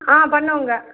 ஆ பண்ணுவோங்க